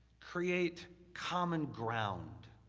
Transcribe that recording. create common ground.